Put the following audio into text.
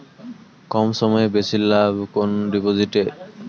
কম সময়ে বেশি লাভ কোন ডিপোজিটে?